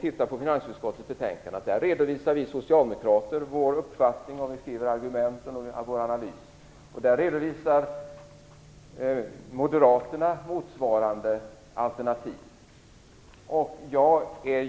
I finansutskottets betänkande redovisar vi socialdemokrater vår uppfattning i argumenten och i vår analys. Där redovisar moderaterna motsvarande alternativ.